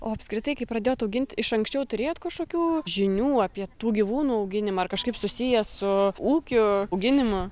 o apskritai kai pradėjot augint iš anksčiau turėjot kažkokių žinių apie tų gyvūnų auginimą ar kažkaip susiję su ūkiu auginimą